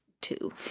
Two